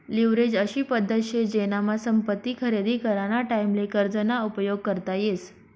leverage अशी पद्धत शे जेनामा संपत्ती खरेदी कराना टाईमले कर्ज ना उपयोग करता येस